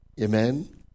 Amen